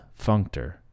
functor